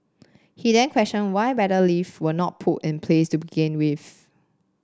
he then questioned why better lift were not put in place to begin with